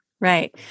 Right